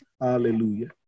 Hallelujah